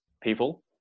people